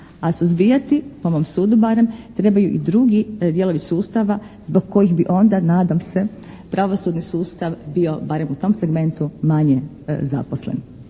a suzbijati po mom sudu barem trebaju i drugi dijelovi sustava zbog kojih bi onda nadam se pravosudni sustav bio barem u tom segmentu manje zaposlen.